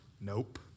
Nope